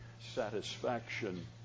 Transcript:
satisfaction